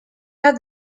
had